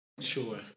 Sure